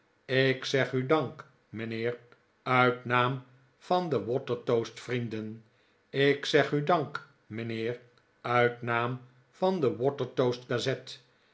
ik zeg u dank mijnheer uit naam van de watertoast vrienden ik zeg u dank mijnheer uit naam van de